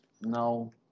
No